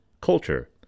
culture